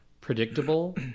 predictable